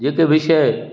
जिते विषय